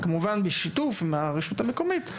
כמובן בשיתוף עם הרשות המקומית.